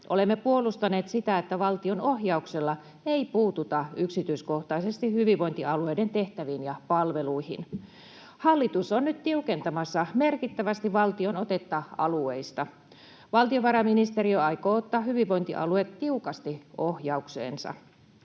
Olemme puolustaneet sitä, että valtion ohjauksella ei puututa yksityiskohtaisesti hyvinvointialueiden tehtäviin ja palveluihin. Hallitus on nyt tiukentamassa merkittävästi valtion otetta alueista. Valtiovarainministeriö aikoo ottaa hyvinvointialueet tiukasti ohjaukseensa.